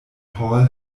hall